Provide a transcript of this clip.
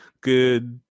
good